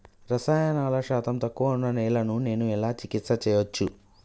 రసాయన శాతం తక్కువ ఉన్న నేలను నేను ఎలా చికిత్స చేయచ్చు?